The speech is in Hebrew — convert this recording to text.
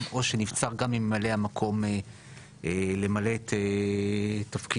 או שנבצר גם ממלא המקום למלא את תפקידו,